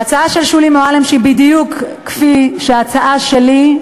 ההצעה של שולי מועלם, שהיא בדיוק כמו ההצעה שלי,